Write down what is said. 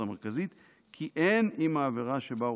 המרכזית כי אין עם העבירה שבה הורשע,